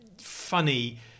funny